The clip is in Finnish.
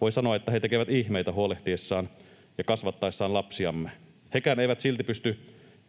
voin sanoa, että he tekevät ihmeitä huolehtiessaan ja kasvattaessaan lapsiamme. Hekään eivät silti pysty